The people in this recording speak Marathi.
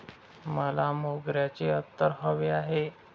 मला मोगऱ्याचे अत्तर हवे आहे